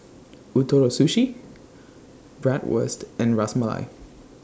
Ootoro Sushi Bratwurst and Ras Malai